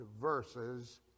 verses